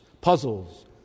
puzzles